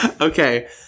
Okay